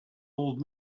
old